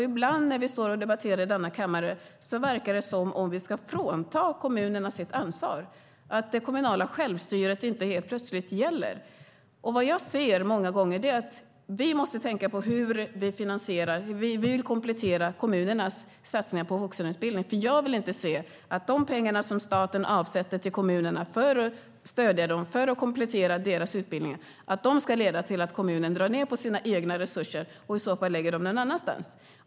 Ibland när vi står och debatterar i denna kammare verkar det som om vi ska frånta kommunerna deras ansvar, att det kommunala självstyret helt plötsligt inte ska gälla. Vi måste tänka på hur vi finansierar, hur vi kompletterar, kommunernas satsningar på vuxenutbildning. Jag vill nämligen inte se att de pengar som staten avsätter till kommunerna för att stödja och komplettera kommunernas utbildningar ska leda till att kommunerna drar ned på sina egna resurser och i stället lägger dem någon annanstans.